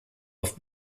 auf